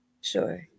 Sure